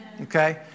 Okay